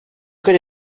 could